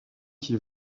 qui